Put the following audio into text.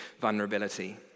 vulnerability